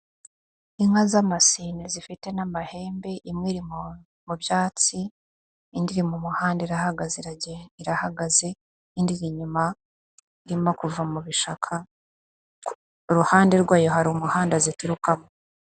Inka z'amasine zifite n'amahembe, imwe mu byatsi, indi mu muhanda irahagaze irage, irahagaze, indi iri inyuma, irimo kuva mu bishaka, iruhande rwayo hari umuhanda ziturukamo.